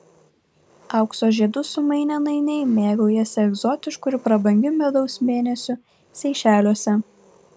aukso žiedus sumainę nainiai mėgaujasi egzotišku ir prabangiu medaus mėnesiu seišeliuose